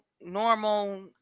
normal